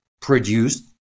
produced